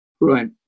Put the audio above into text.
Right